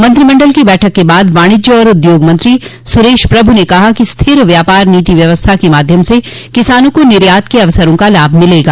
मंत्रिमंडल की बैठक क बाद वाणिज्य और उद्योग मंत्री सुरेश प्रभु ने कहा कि स्थिर व्यापार नीति व्यवस्था के माध्यम से किसानों को निर्यात के अवसरों का लाभ मिलेगा